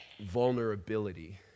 vulnerability